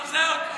אני לא מזהה אותו.